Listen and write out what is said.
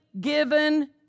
given